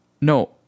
No